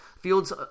Fields